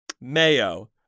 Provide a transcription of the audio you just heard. mayo